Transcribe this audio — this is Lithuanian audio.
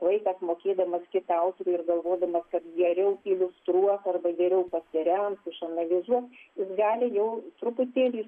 vaikas mokėdamas kitą autorių ir galvodamas kad geriau iliustruos arba geriau pasirems išanalizuos jis gali jau truputėlį